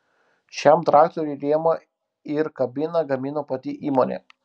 šiam traktoriui rėmą ir kabiną gamino pati įmonė